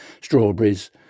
strawberries